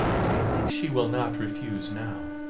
i think she will not refuse now.